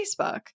Facebook